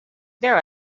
there